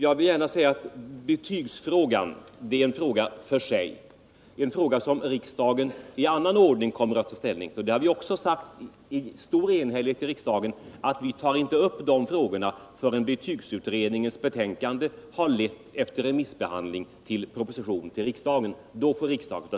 Jag vill gärna säga att betygen är en fråga för sig, som riksdagen kommer att ta ställning till i annan ordning. Vi har sagt i stor enighet i riksdagen att vi tar inte upp den frågan förrän betygsutredningens betänkande efter remissbehandling har lett till en proposition.